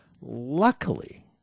luckily